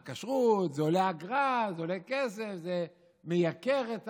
הכשרות, זה עולה אגרה, זה עולה כסף, זה מייקר את